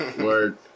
Word